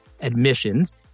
admissions